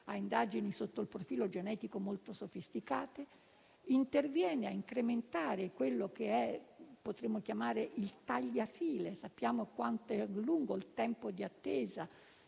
indagini sotto il profilo genetico molto sofisticate, e incrementando quello che potremmo chiamare il tagliafile - sappiamo quanto è lungo il tempo di attesa